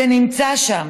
זה נמצא שם.